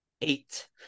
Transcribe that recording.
Eight